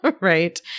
right